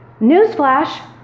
newsflash